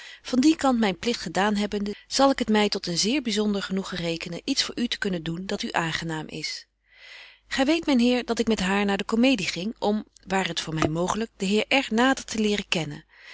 van dien kant myn pligt gedaan hebbende zal ik het my tot en zeer byzonder genoegen rekenen iets voor u te kunnen doen dat u aangenaam is gy weet myn heer dat ik met haar naar de comedie ging om ware t voor my mooglyk den heer r nader te leren kennen